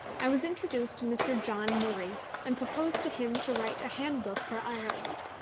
i was introduced to mr. john murray, and proposed to him to write a handbook for ireland.